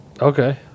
Okay